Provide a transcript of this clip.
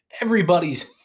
everybody's